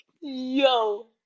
Yo